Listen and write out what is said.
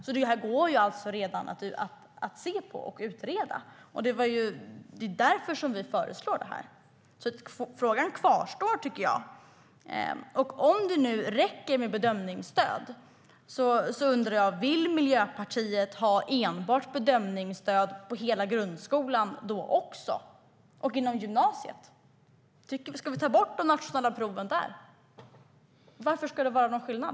Vi kan alltså redan utreda det. Det är därför som vi föreslår det här. Jag tycker att frågan kvarstår. Om det nu räcker med bedömningsstöd undrar jag om Miljöpartiet vill ha enbart bedömningsstöd i hela grundskolan också och inom gymnasiet? Ska vi ta bort de nationella proven där? Varför ska det vara skillnad?